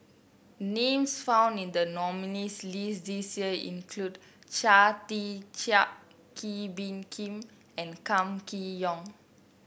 names found in the nominees' list this year include Chia Tee Chiak Kee Bee Khim and Kam Kee Yong